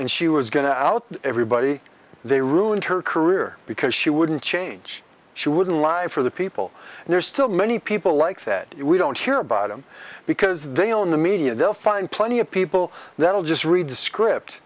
and she was going to out everybody they ruined her career because she wouldn't change she wouldn't live for the people and there's still many people like that we don't hear about them because they own the media they'll find plenty of people that will just read the script